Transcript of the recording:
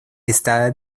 está